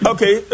Okay